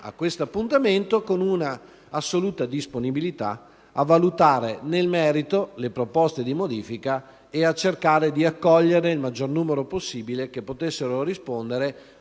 a questo appuntamento con un'assoluta disponibilità a valutare nel merito le proposte di modifica e a cercare di accogliere il maggior numero possibile di quelle fra